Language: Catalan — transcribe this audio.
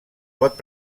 pot